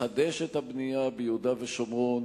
לחדש את הבנייה ביהודה ושומרון